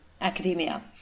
academia